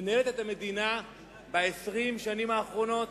מנהלת את המדינה ב-20 השנים האחרונות?